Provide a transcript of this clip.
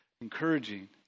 encouraging